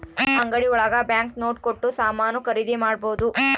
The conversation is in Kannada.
ಅಂಗಡಿ ಒಳಗ ಬ್ಯಾಂಕ್ ನೋಟ್ ಕೊಟ್ಟು ಸಾಮಾನ್ ಖರೀದಿ ಮಾಡ್ಬೋದು